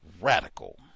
radical